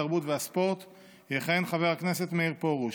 התרבות והספורט יכהן חבר הכנסת מאיר פרוש,